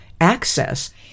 access